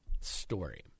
story